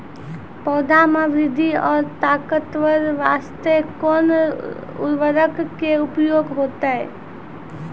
पौधा मे बृद्धि और ताकतवर बास्ते कोन उर्वरक के उपयोग होतै?